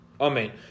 Amen